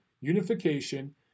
unification